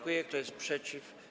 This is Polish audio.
Kto jest przeciw?